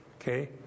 Okay